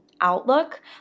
outlook